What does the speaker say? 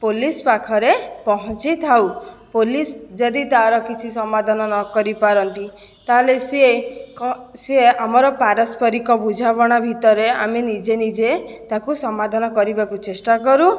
police ପାଖରେ ପହଞ୍ଚିଥାଉ police ଯଦି ତାର କିଛି ସମାଧାନ ନ କରି ପାରନ୍ତି ତାହେଲେ ସିଏ କ ସିଏ ଆମର ପାରସ୍ପରିକ ବୁଝାମଣା ଭିତରେ ଆମେ ନିଜେ ନିଜେ ତାକୁ ସମାଧାନ କରିବାକୁ ଚେଷ୍ଟା କରୁ